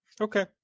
Okay